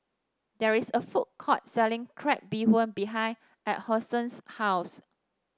there is a food court selling Crab Bee Hoon behind Alphonse's house